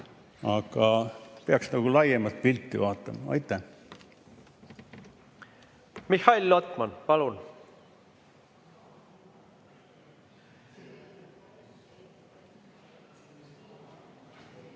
Aga peaks nagu laiemat pilti vaatama. Aitäh! Mihhail Lotman, palun!